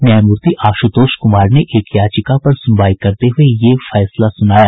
न्यायमूर्ति आशुतोष कुमार ने एक याचिका पर सुनवाई करते हुए यह फैसला सुनाया